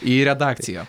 į redakciją